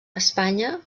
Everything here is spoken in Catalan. espanya